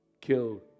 killed